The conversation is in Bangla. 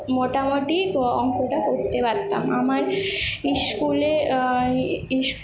মোটামুটি অঙ্কটা করতে পারতাম আমার স্কুলে ইস